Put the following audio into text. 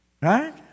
Right